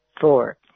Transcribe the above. Four